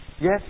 yes